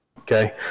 Okay